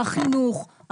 החינוך,